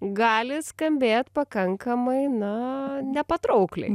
gali skambėt pakankamai na nepatraukliai